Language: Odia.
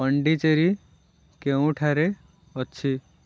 ପଣ୍ଡିଚେରୀ କେଉଁଠାରେ ଅଛି